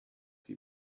die